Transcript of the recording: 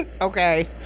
okay